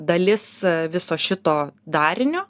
dalis viso šito darinio